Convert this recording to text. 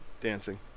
dancing